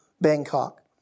Bangkok